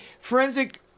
Forensic